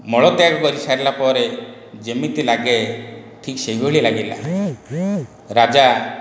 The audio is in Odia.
ମଳତ୍ୟାଗ କରିସାରିଲା ପରେ ଯେମିତି ଲାଗେ ଠିକ୍ ସେହିଭଳି ଲାଗିଲା ରାଜା